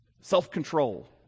self-control